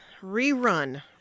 rerun